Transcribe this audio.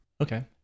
Okay